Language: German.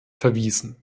verwiesen